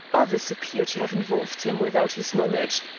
others appear to have involved him without his knowledge,